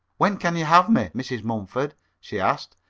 when can you have me, mrs. mumford she asked.